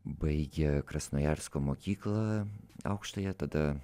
baigė krasnojarsko mokyklą aukštąją tada